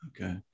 Okay